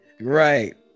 Right